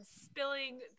spilling